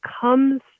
comes